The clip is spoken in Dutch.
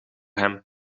hem